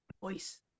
voice